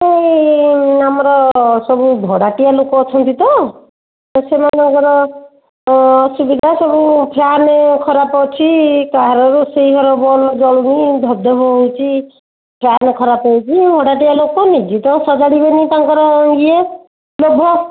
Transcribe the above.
ଏହି ଆମର ସବୁ ଭଡ଼ାଟିଆ ଲୋକ ଅଛନ୍ତି ତ ସେମାନଙ୍କର ଅସୁବିଧା ସବୁ ଫ୍ୟାନ୍ ଖରାପ ଅଛି କାହାର ରୋଷେଇ ଘର ବଲ୍ ଜଳୁନି ଧପ ଧପ ହେଉଛି ଫ୍ୟାନ୍ ଖରାପ ହେଇଛି ଭଡ଼ାଟିଆ ଲୋକ ତ ନିଜେ ତ ଆଉ ସଜାଡ଼ିବେନି ତାଙ୍କର ଇଏ ଲୋଭ